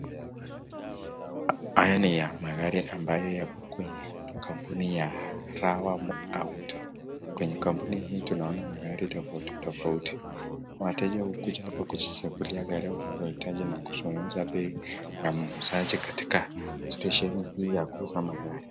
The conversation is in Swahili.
Haya ni magari ambayo yako kwenye kampuni ya Rawa Auto . Kwenye kampuni hii tunaona magari tofauti tofauti. Wateja hukuja hapa kujichagulia gari wanaloihitaji na kuzungumza bei na muuzaji katika stesheni hii ya kuuza magari.